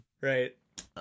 Right